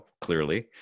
clearly